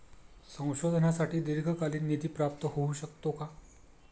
संशोधनासाठी दीर्घकालीन निधी प्राप्त होऊ शकतो का?